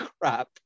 crap